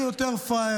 יהיו יותר פראיירים,